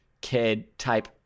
kid-type